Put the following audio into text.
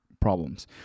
problems